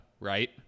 right